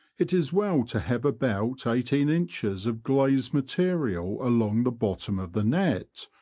it is well to have about eighteen inches of glazed material along the bottom of the net,